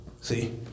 See